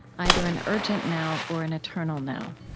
either an urgent now or an eternal now.